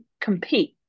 compete